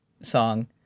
song